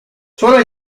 suele